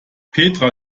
petra